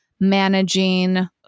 managing